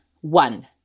One